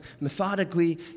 methodically